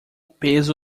peso